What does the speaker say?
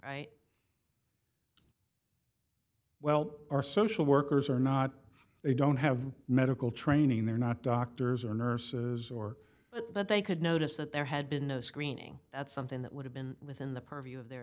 right well our social workers are not they don't have medical training they're not doctors or nurses or that they could notice that there had been no screening that's something that would have been within the purview of their